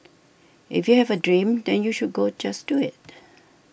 if you have a dream then you should go just do it